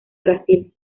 brasil